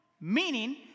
meaning